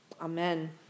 Amen